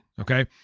Okay